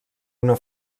una